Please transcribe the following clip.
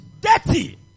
dirty